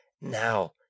Now